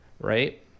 right